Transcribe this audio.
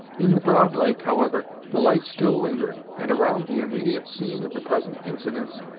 in the broad lake, however, the light still lingered, and around the immediate scene of the present incidents,